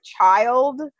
child